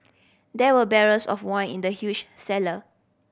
there were barrels of wine in the huge cellar